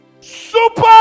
Super